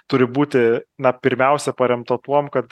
turi būti na pirmiausia paremta tuom kad